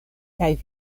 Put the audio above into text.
kaj